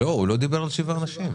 הוא לא דיבר על שבעה אנשים.